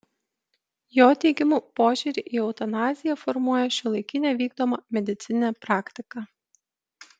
jo teigimu požiūrį į eutanaziją formuoja šiuolaikinė vykdoma medicininė praktika